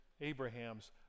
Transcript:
Abraham's